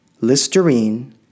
Listerine